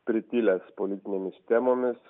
pritilęs politinėmis temomis